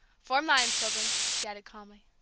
form lines, children, she added calmly.